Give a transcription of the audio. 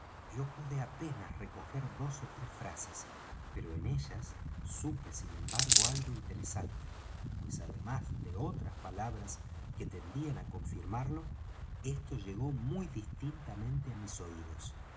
yo pude apenas recoger dos ó tres frases pero en ellas supe sin embargo algo interesante pues además de otras palabras que tendían á confirmarlo esto llegó muy distintamente á mis oídos